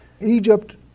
Egypt